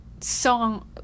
song